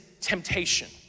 temptation